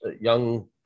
young